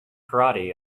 karate